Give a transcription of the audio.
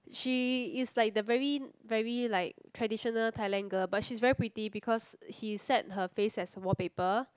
she is like the very very like traditional Thailand girl but she is very pretty because he set her face as wall paper